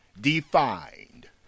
defined